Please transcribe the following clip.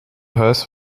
huis